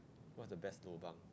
what's the best lobang